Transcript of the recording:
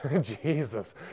Jesus